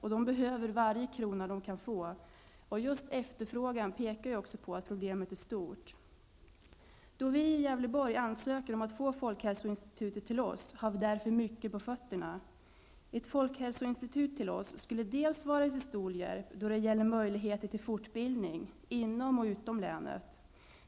Man behöver varje krona man kan få. Just efterfrågan pekar på att problemet är stort. Då vi i Gävleborg ansöker om att få folkhälsoinstitutet till oss har vi därför mycket på fötterna. Ett folkhälsoinstitut till oss skulle vara till stor hjälp då det gäller möjligheter till fortbildning, inom och utom länet.